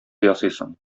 ясыйсың